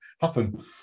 happen